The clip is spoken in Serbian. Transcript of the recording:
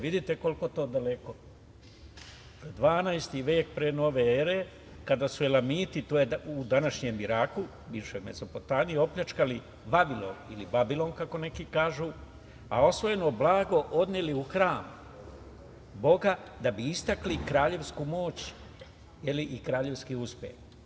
Vidite koliko je to daleko, 12. vek pre nove ere kada su Elamiti, u današnjem Iraku, bivšoj Mesopotamiji opljačkali Vavilon ili Babilon kako neki kažu, a osvojeno blago odneli u hram boga, da bi istakli kraljevsku moć i kraljevski uspeh.